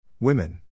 Women